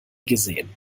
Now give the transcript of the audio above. gesehen